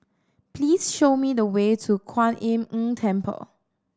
please show me the way to Kuan Im Tng Temple